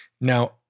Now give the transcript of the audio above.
Now